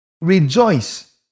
Rejoice